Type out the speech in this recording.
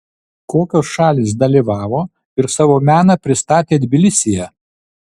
kokios šalys dalyvavo ir savo meną pristatė tbilisyje